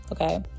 okay